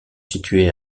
situés